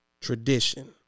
tradition